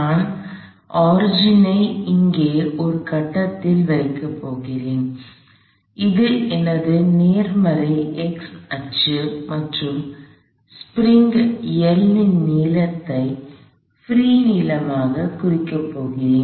நான் ஒரிஜின் ஐ இங்கே ஒரு கட்டத்தில் வைக்கப் போகிறேன் அது எனது நேர்மறை x அச்சு என்றும் ஸ்ப்ரிங் L ன் நீளத்தை பிரீ நீளமாகக் குறிக்கப் போகிறேன்